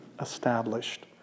established